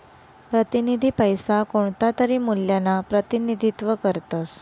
प्रतिनिधी पैसा कोणतातरी मूल्यना प्रतिनिधित्व करतस